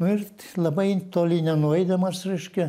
na ir labai toli nenueidamas reiškia